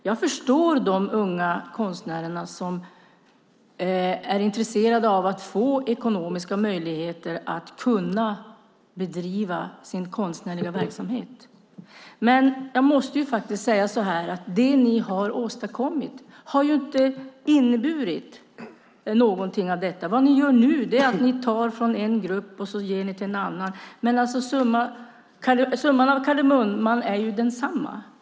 Jag förstår de unga konstnärer som är intresserade av att få ekonomiska möjligheter att bedriva sin verksamhet. Men det ni har åstadkommit har inte inneburit någonting av detta. Ni tar nu från en grupp och ger till en annan. Summan av kardemumman är densamma.